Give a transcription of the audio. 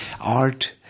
Art